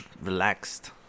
relaxed